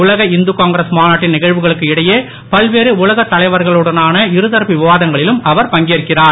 உலக இந்து காங்கிரஸ் மாநாட்டின் நிகழ்வுகளுக்கு இடையே பல்வேறு உலக தலைவர்களுடனான இருதரப்பு விவா தங்களிலும் அவர் பங்கேற்கிறார்